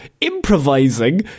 improvising